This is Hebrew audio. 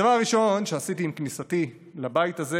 הדבר הראשון שעשיתי עם כניסתי לבית הזה